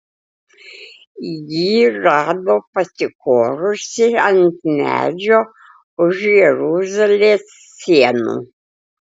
jį rado pasikorusį ant medžio už jeruzalės sienų